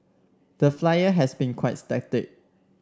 the Flyer has been quite static